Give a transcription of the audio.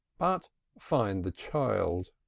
but find the child.